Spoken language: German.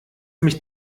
mich